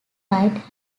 ride